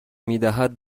میدهد